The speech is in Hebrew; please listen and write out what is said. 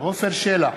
עפר שלח,